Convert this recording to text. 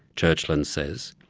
churchland says,